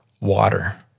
water